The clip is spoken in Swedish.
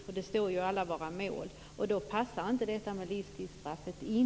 Detta uttrycks ju också i alla våra mål. Då passar inte ett livstidsstraff in.